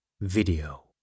video